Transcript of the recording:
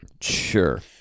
Sure